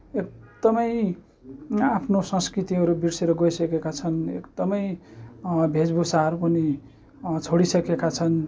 एकदमै आफ्नो संस्कृतिहरू बिर्सिएर गइसकेका छन् एकदमै भेषभूषाहरू पनि छोडिसकेका छन्